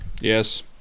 Yes